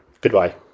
Goodbye